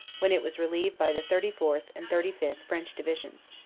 when it was relieved by the thirty fourth. and thirty fifth. french divisions,